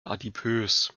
adipös